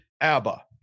Abba